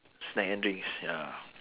snack and drinks ya